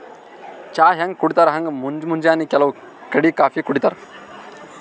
ಚಾ ಹ್ಯಾಂಗ್ ಕುಡಿತರ್ ಹಂಗ್ ಮುಂಜ್ ಮುಂಜಾನಿ ಕೆಲವ್ ಕಡಿ ಕಾಫೀ ಕುಡಿತಾರ್